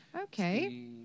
Okay